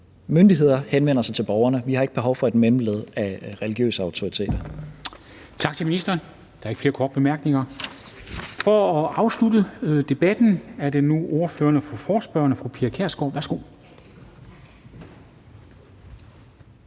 Myndigheder henvender sig til borgerne – vi har ikke behov for et mellemled af religiøse autoriteter.